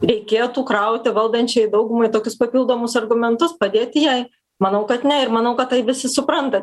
reikėtų krauti valdančiai daugumai tokius papildomus argumentus padėti jai manau kad ne ir manau kad tai visi supranta